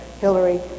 Hillary